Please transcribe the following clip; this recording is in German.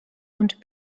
und